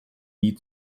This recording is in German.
nie